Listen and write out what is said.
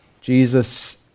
jesus